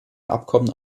abkommen